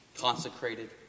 consecrated